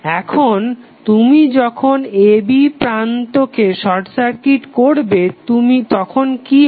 এখন তুমি যখন a b প্রান্তকে শর্ট সার্কিট করবে তখন কি হবে